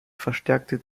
verstärkte